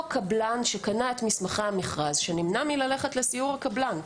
אותו קבלן שקנה את מסמכי המכרז שנמנע מללכת לסיור הקבלן,